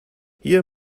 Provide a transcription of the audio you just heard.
hier